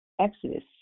Exodus